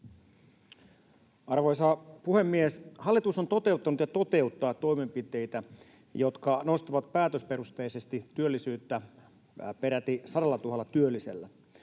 Arvoisa puhemies! Hallitus on toteuttanut ja toteuttaa toimenpiteitä, jotka nostavat päätösperusteisesti työllisyyttä peräti 100 000 työllisellä.